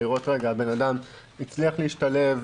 לראות אם הבנאדם הצליח להשתלב,